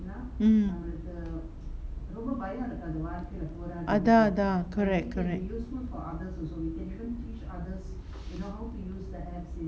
mm அதாஅதா:athaa athaa correct correct